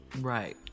Right